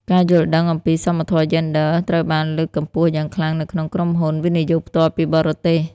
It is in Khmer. ការយល់ដឹងអំពី "សមធម៌យេនឌ័រ" ត្រូវបានលើកកម្ពស់យ៉ាងខ្លាំងនៅក្នុងក្រុមហ៊ុន វិនិយោគផ្ទាល់ពីបរទេស។